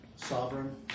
Sovereign